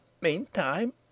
Meantime